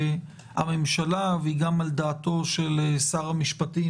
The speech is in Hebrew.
הממשלה והיא גם על דעתו של שר המשפטים,